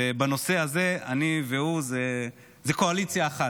ובנושא הזה אני והוא זאת קואליציה אחת,